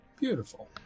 Beautiful